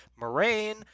Moraine